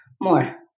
more